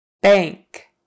Bank